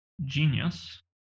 genius